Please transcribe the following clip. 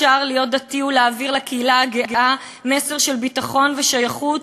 אפשר להיות דתי ולהעביר לקהילה הגאה מסר של ביטחון ושייכות,